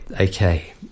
okay